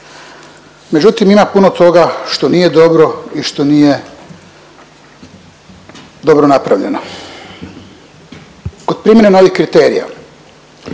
Međutim, ima puno toga što nije dobro i što nije dobro napravljeno. Kod primjene novih kriterija,